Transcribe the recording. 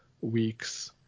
weeks